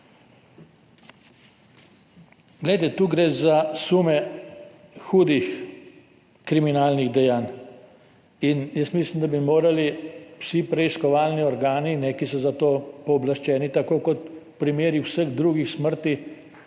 sebi. Tu gre za sume hudih kriminalnih dejanj in jaz mislim, da bi morali vsi preiskovalni organi, ki so za to pooblaščeni, tako kot v primerih vseh drugih smrti,